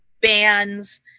bands